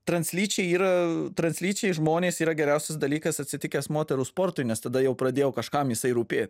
translyčiai yra translyčiai žmonės yra geriausias dalykas atsitikęs moterų sportui nes tada jau pradėjo kažkam jisai rūpėt